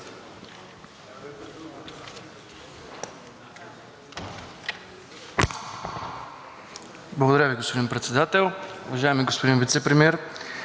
Благодаря Ви, господин Председател. Уважаеми господин Вицепремиер,